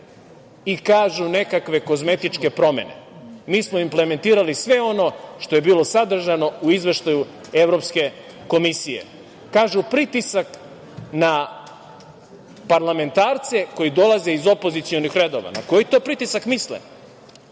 – nekakve kozmetičke promene. Mi smo implementirali sve ono što je bilo sadržano u izveštaju Evropske komisije. Kažu - pritisak na parlamentarce koji dolaze iz opozicionih redova. Na koji to pritisak misle?